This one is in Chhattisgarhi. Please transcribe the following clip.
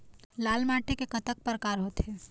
लाल माटी के कतक परकार होथे?